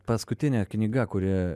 paskutinė knyga kuri